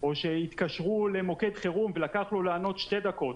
או שהתקשרו למוקד חירום ולקח לו לענות שתי דקות.